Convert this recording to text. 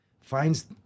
finds